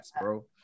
bro